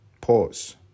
Pause